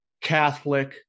Catholic